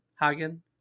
Hagen